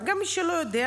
גם מי שלא יודע,